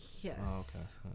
Yes